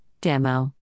Demo